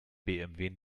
bmw